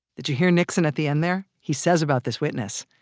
did you hear nixon at the end there? he says about this witness.